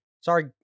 Sorry